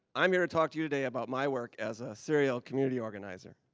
i'm here ah talking today about my work as a serial community organizer.